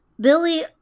Billy